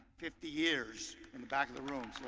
fifty years, in the back of the room. so